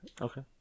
Okay